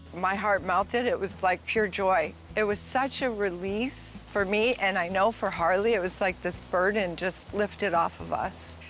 my heart melted. it was like pure joy. it was such a release for me and i know for harley, it was like this burden just lifted off of us.